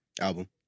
Album